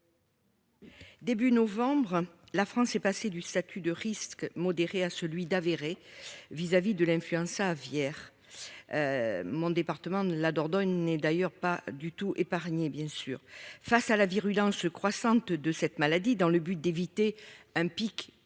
Début novembre, la France est passée du statut de risque modéré à celui d'avérer vis-à-vis de l'influenza aviaire mon département de la Dordogne n'est d'ailleurs pas du tout épargnées, bien sûr, face à la virulence croissante de cette maladie dans le but d'éviter un pic épidémique